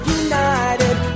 united